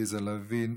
עליזה לביא,